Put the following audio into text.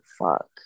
Fuck